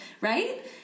right